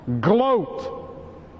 gloat